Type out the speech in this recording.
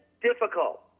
difficult